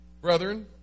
Brethren